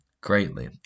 greatly